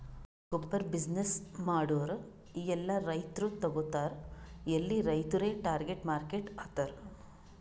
ಗೊಬ್ಬುರ್ ಬಿಸಿನ್ನೆಸ್ ಮಾಡೂರ್ ಎಲ್ಲಾ ರೈತರು ತಗೋತಾರ್ ಎಲ್ಲಿ ರೈತುರೇ ಟಾರ್ಗೆಟ್ ಮಾರ್ಕೆಟ್ ಆತರ್